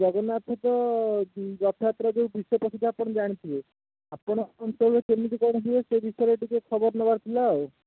ଜଗନ୍ନାଥଙ୍କ ରଥଯାତ୍ରା ଯେଉଁ ବିଶ୍ୱପ୍ରସିଦ୍ଧ ଆପଣ ଜାଣିଥିବେ ଆପଣଙ୍କ ଅଞ୍ଚଳରେ କେମିତି କ'ଣ ହୁଏ ସେ ବିଷୟରେ ଟିକେ ଖବର ନେବାର ଥିଲା ଆଉ